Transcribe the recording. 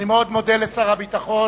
אני מאוד מודה לשר הביטחון,